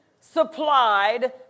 supplied